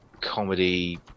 comedy